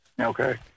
Okay